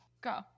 Go